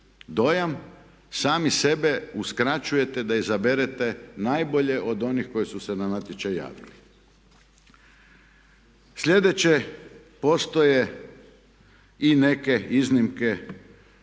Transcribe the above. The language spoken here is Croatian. dojam, sami sebe uskraćujete da izaberete najbolje od onih koji su se na natječaj javili. Sljedeće, postoje i neke iznimke